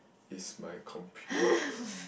is my computer